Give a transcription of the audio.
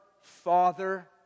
father